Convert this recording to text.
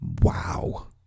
Wow